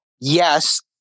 Yes